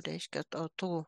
reiškia to tų